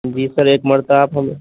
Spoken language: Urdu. جی سر ایک مرتبہ آپ ہمیں